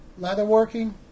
leatherworking